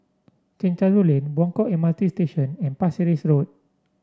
Chencharu Lane Buangkok M R T Station and Pasir Ris Road